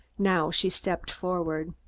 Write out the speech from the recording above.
now she stepped forward.